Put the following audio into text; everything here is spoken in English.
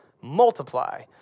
multiply